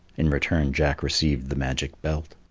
in return jack received the magic belt.